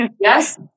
yes